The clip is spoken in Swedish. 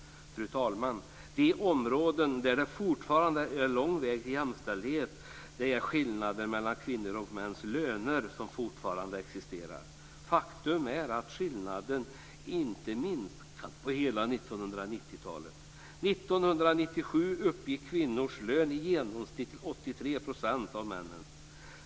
Fru talman! Ett område där det fortfarande är lång väg till jämställdhet är de skillnader mellan kvinnors och mäns löner som fortfarande existerar. Faktum är att skillnaden inte minskat på hela 1990-talet. 1997 uppgick kvinnors lön i genomsnitt till 83 % av männens.